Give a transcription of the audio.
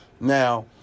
Now